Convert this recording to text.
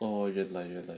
oh 原来原来